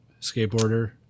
skateboarder